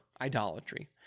idolatry